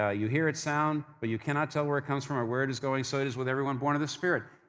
ah you hear its sound but you cannot tell where it comes from or where it is going, so it is with everyone born of the spirit.